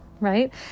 right